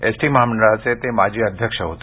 ST महामंडळाचे ते माजी अध्यक्ष होते